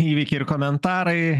įvykiai ir komentarai